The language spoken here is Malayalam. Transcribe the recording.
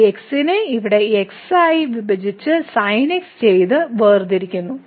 ഈ x നെ ഇവിടെ x ആയി വിഭജിച്ച് sin x ചെയ്ത് വേർതിരിക്കുന്നു